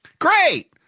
Great